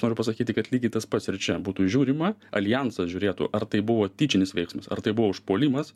noriu pasakyti kad lygiai tas pats ir čia būtų žiūrima aljansas žiūrėtų ar tai buvo tyčinis veiksmas ar tai buvo užpuolimas